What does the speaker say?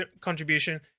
contribution